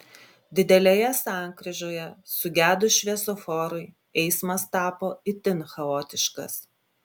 didelėje sankryžoje sugedus šviesoforui eismas tapo itin chaotiškas